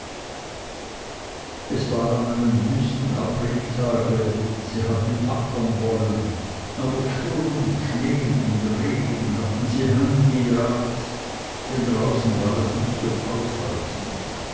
es war an einem wüsten apriltage sie hatten ackern wollen aber sturm schnee und regen hatten sie heimgejagt denn draußen war es nicht zum aushalten